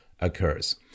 occurs